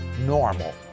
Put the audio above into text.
normal